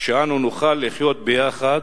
שאנו נוכל לחיות ביחד,